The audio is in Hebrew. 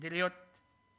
כדי להיות הגון,